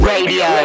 Radio